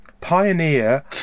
Pioneer